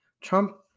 Trump